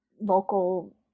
local